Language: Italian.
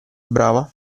brava